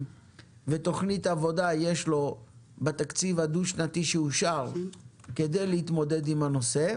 ותוכנית עבודה יש לו בתקציב הדו-שנתי שאושר כדי להתמודד עם הנושא.